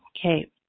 Okay